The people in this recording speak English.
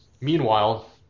meanwhile